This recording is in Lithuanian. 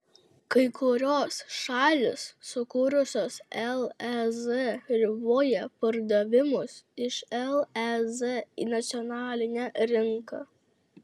kai kurios šalys sukūrusios lez riboja pardavimus iš lez į nacionalinę rinką